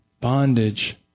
bondage